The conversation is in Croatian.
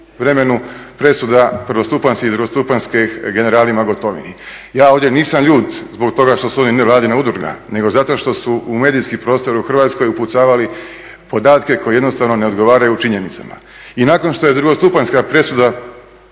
vremenu presuda prvostupanjskih, drugostupanjskih generalima Gotovini. Ja ovdje nisam ljut zbog toga što su oni nevladina udruga, nego zato što su u medijski prostor u Hrvatskoj upucavali podatke koji jednostavno ne odgovaraju činjenicama. I nakon što je drugostupanjska presuda